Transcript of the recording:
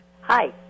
Hi